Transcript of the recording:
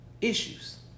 issues